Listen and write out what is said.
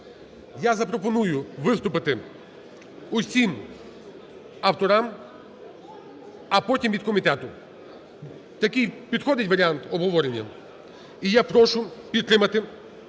я запропоную виступити всім авторам, а потім від комітету. Такий підходить варіант обговорення? І я прошу підтримати